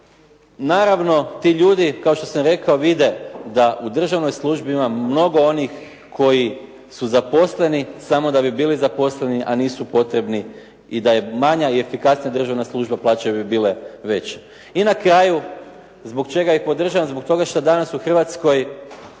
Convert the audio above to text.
naravno ti ljudi kao što sam rekao vide da u državnoj službi ima mnogo onih koji su zaposleni samo da bi bili zaposleni a nisu potrebni i da je manja i efikasnija državna služba plaće bi bile veće. I na kraju. Zbog čega i podržavam, zbog toga šta danas u Hrvatskoj